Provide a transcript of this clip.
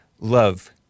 love